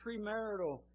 premarital